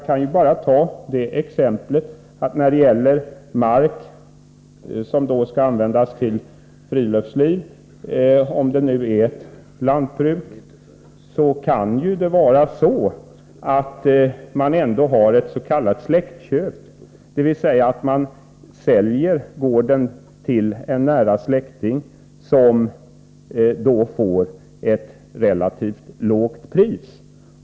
Om det gäller ett lantbruk och mark som skall användas till friluftsliv kan det ändå vara så att det är fråga om ett s.k. släktköp, dvs. att gården säljs till en nära släkting som då får ett relativt lågt pris.